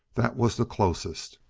that was the closest.